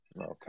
Okay